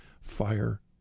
fire